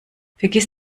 vergiss